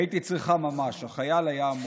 הייתי צריכה ממש, החייל היה המום.